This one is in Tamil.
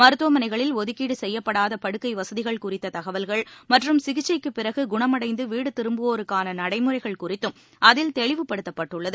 மருத்துவமனைகளில் ஒதுக்கீடு செய்யப்படாத படுக்கை வசதிகள் குறித்த தகவல்கள் மற்றும் சிகிச்சைக்கு பிறகு குணமடைந்து வீடு திரும்புவோருக்கான நடைமுறைகள் குறித்தும் அதில் தெளிவுப்படுத்தப்பட்டுள்ளது